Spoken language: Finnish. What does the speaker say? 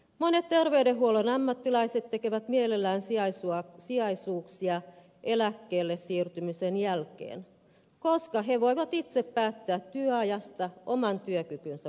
monet ter veydenhuollon ammattilaiset tekevät mielellään sijaisuuksia eläkkeelle siirtymisen jälkeen koska he voivat itse päättää työajasta oman työkykynsä puitteissa